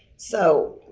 so,